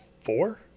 four